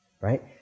right